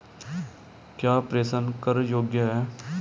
क्या प्रेषण कर योग्य हैं?